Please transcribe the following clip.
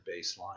baseline